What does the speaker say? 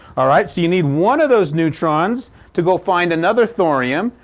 alright so you need one of those neutrons to go find another thorium.